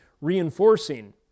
reinforcing